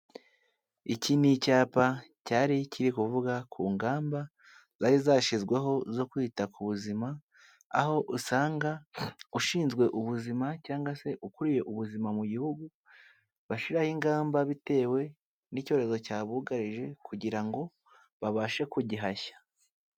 Iki ni icyapa cyari kiri kuvuga ku ngamba zari zashyizweho zo kwita ku buzima aho usanga ushinzwe ubuzima cyangwa se ukuriye ubuzima mu gihugu bashyiraho ingamba bitewe n'icyorezo cya bugarije kugira ngo babashe kugihashya.